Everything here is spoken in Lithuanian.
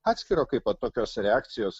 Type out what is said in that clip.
atskiro kaipo tokios reakcijos